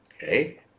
Okay